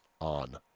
on